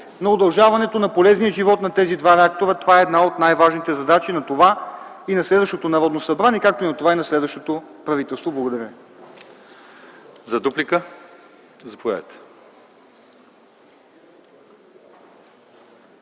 на удължаването на полезния живот на тези два реактора. Това е една от най-важните задачи на това и на следващото Народно събрание, както на това и на следващото правителство. Благодаря. ПРЕДСЕДАТЕЛ ЛЪЧЕЗАР